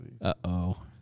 Uh-oh